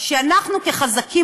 כשאנחנו כחזקים,